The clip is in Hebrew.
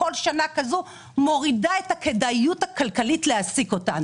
כל שנה כזו מורידה את הכדאיות הכלכלית להעסיק אותן